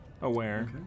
aware